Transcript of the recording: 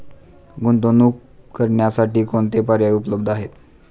गुंतवणूक करण्यासाठी कोणते पर्याय उपलब्ध आहेत?